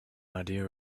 idea